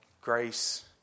grace